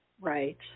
Right